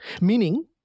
meaning